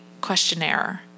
questionnaire